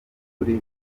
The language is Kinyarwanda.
muri